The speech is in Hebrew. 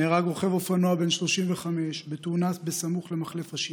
נהרג רוכב אופנוע בן 35 בתאונה סמוך למחלף השבעה.